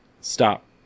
stop